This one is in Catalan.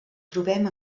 trobem